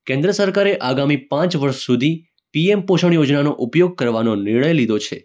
કેન્દ્ર સરકારે આગામી પાંચ વર્ષ સુધી પીએમ પોષણ યોજનાનો ઉપયોગ કરવાનો નિર્ણય લીધો છે